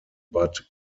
but